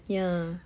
ya